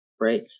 right